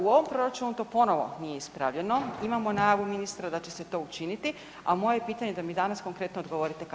U ovom proračunu to ponovo nije ispravljeno, imamo najavu ministra da će se to učiniti, a moje pitanje je da mi danas konkretno odgovorite kada?